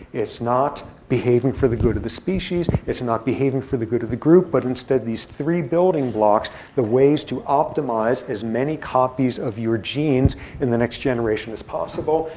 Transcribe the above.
it's not behaving for the good of the species. it's not behaving for the good of the group. but instead, these three building blocks, the ways to optimize as many copies of your genes in the next generation as possible.